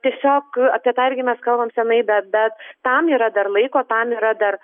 tiesiog apie tą irgi mes kalbam senai bet bet tam yra dar laiko tam yra dar